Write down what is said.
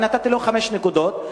ונתתי לו חמש נקודות.